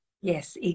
Yes